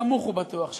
סמוך ובטוח,